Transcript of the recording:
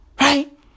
Right